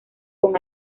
con